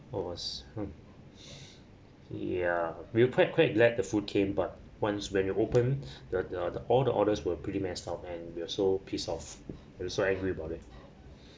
I was mm yeah we were quite glad that the food came but once when we open the the all the orders were pretty messed up and we were so pissed off we were so angry about it